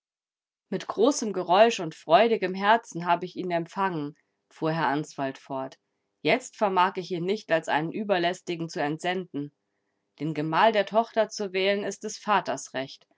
mit großem geräusch und freudigem herzen habe ich ihn empfangen fuhr herr answald fort jetzt vermag ich ihn nicht als einen überlästigen zu entsenden den gemahl der tochter zu wählen ist des vaters recht